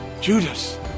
Judas